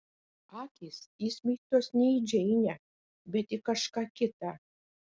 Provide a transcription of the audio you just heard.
akys įsmeigtos ne į džeinę bet į kažką kitą